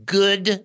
good